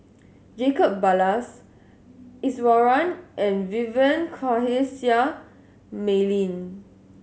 Jacob Ballas Iswaran and Vivien Quahe Seah Mei Lin